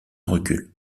recul